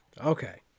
Okay